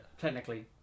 Technically